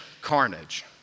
carnage